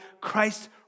Christ